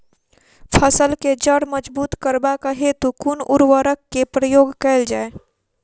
फसल केँ जड़ मजबूत करबाक हेतु कुन उर्वरक केँ प्रयोग कैल जाय?